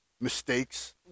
mistakes